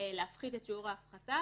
להוריד את שיעור ההפחתה,